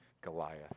Goliath